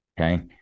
Okay